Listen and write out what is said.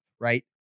right